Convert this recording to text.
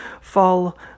fall